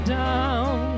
down